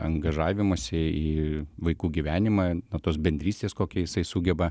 angažavimosi į vaikų gyvenimą na tos bendrystės kokią jisai sugeba